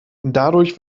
dadurch